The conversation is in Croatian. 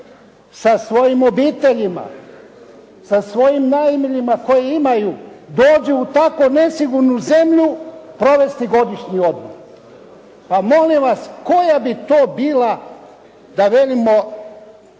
sa svojim obiteljima, sa svojim najmilijima koje imaju, dođu u tako nesigurnu zemlju provesti godišnji odmor. Pa molim vas koja bi to bila da velimo